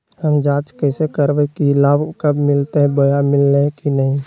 हम जांच कैसे करबे की लाभ कब मिलते बोया मिल्ले की न?